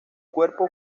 cuerpo